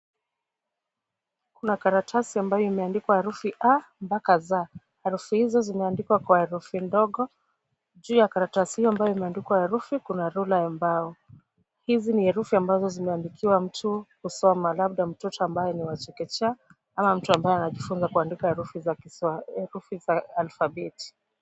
Kuna karatasi ambayo imeandikwa herufi A mpaka Z, herufi hizo zimeandikwa kwa herufi ndogo. Juu ya karatasi hiyo ambayo imeandikwa herufi kuna rula ya mbao. Hizi ni herufi ambazo zimeandikiwa mtu kusoma labda mtoto ambaye ni watoto chekechea, ama mtu ambaye anajifunza kuandika herufi za Kiswahili, herufi za alfabeti.